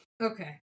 Okay